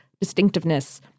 distinctiveness